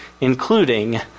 including